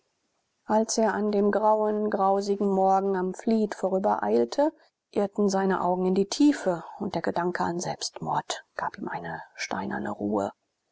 als er an dem grauen grausigen morgen am fleet vorübereilte irrten seine augen in die tiefe und der gedanke an selbstmord gab ihm eine steinerne ruhe